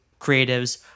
creatives